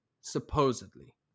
supposedly